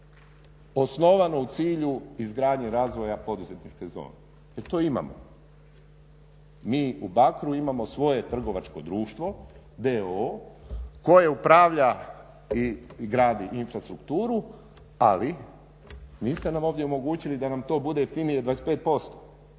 osnovano u cilju izgradnje razvoja poduzetničke zone jer to imamo. Mi u Bakru imamo svoje trgovačko društvo d.o.o. koje upravlja i gradi infrastrukturu ali niste nam ovdje omogućili da nam to bude jeftinije 25%,